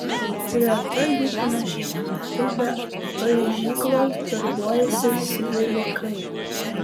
greta jų panašiai tik be aižyklos darbuojasi svilikai